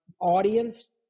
audience